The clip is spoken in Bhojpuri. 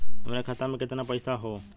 हमरे खाता में कितना पईसा हौ?